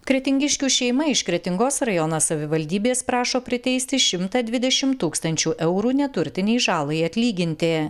kretingiškių šeima iš kretingos rajono savivaldybės prašo priteisti šimtą dvidešimt tūkstančių eurų neturtinei žalai atlyginti